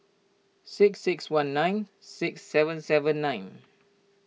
six six one nine six seven seven nine